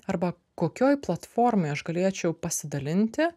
arba kokioj platformoj aš galėčiau pasidalinti